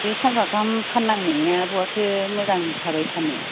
बे सानफा गाहाम फाननानै मेंनाया बहाथो मोजां थाबाय थानो